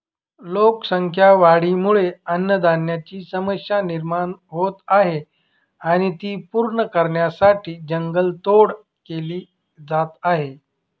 लोकसंख्या वाढीमुळे अन्नधान्याची समस्या निर्माण होत आहे आणि ती पूर्ण करण्यासाठी जंगल तोड केली जात आहे